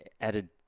added